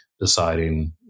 deciding